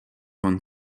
von